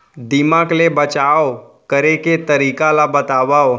दीमक ले बचाव करे के तरीका ला बतावव?